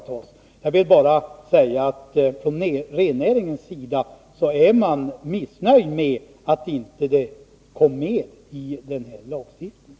Från rennäringens sida är man missnöjd med att det inte kom med i lagstiftningen.